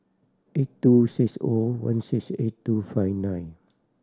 eight two six O one six eight two five nine